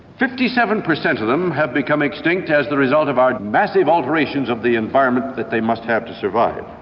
fifty seven percent of them have become extinct as the result of our massive alterations of the environment that they must have to survive